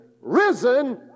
risen